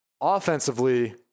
Offensively